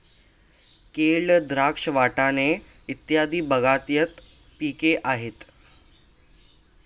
केळ, द्राक्ष, वाटाणे इत्यादी बागायती पिके आहेत